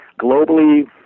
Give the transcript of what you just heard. globally